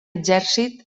exèrcit